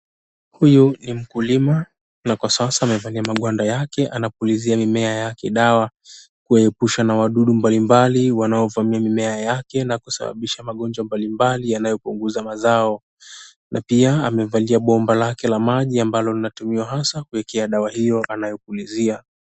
Huyu ni mkulima na kwa sasa amevaa magwanda yake anapulizia mimea yake dawa kuepusha na wadudu mbalimbali wanaovamia mimea yake na kusababisha magonjwa mbalimbali yanayopunguza mazao. Na pia amevalia bomba lake la maji ambalo linatumiwa hasa kuwekea dawa hiyo anayepulizia.